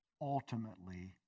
ultimately